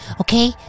okay